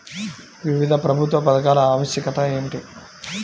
వివిధ ప్రభుత్వ పథకాల ఆవశ్యకత ఏమిటీ?